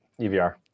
EVR